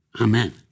Amen